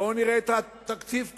בואו נראה את התקציב כולו,